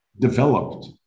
Developed